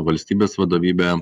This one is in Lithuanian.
valstybės vadovybė